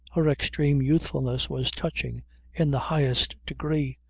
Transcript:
her extreme youthfulness was touching in the highest degree,